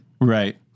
Right